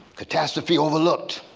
catastrophe overlooked,